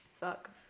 Fuck